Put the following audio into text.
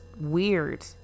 weird